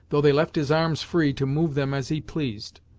though they left his arms free, to move them as he pleased.